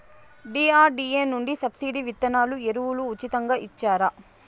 DRDA నుండి subsidy విత్తనాలు ఎరువులు ఉచితంగా ఇచ్చారా?